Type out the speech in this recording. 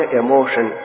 emotion